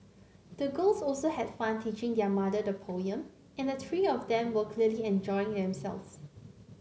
the girls also had fun teaching their mother the poem and the three of them were clearly enjoying themselves